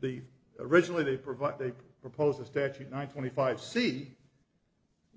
the originally they provide they proposed a statute nine twenty five c